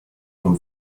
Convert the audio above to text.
from